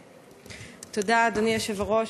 תודה, אדוני היושב-ראש.